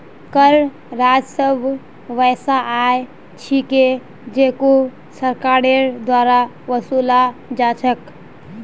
कर राजस्व वैसा आय छिके जेको सरकारेर द्वारा वसूला जा छेक